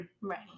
Right